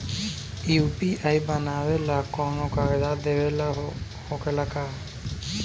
UPI बनावेला कौनो कागजात देवे के होखेला का?